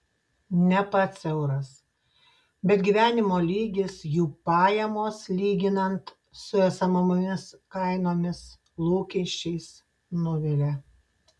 ne pats euras bet gyvenimo lygis jų pajamos lyginant su esamomis kainomis lūkesčiais nuvilia